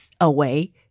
away